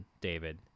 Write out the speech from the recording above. David